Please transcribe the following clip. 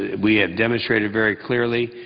we've demonstrated very clearly,